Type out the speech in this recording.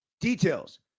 Details